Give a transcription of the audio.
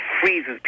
freezes